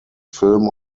film